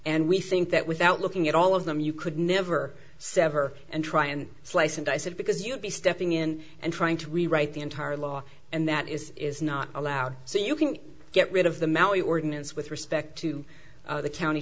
and we think that without looking at all of them you could never sever and try and slice and dice it because you'd be stepping in and trying to rewrite the entire law and that is is not allowed so you can get rid of the maui ordinance with respect to the county